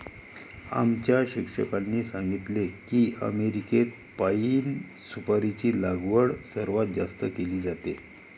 आमच्या शिक्षकांनी सांगितले की अमेरिकेत पाइन सुपारीची लागवड सर्वात जास्त केली जाते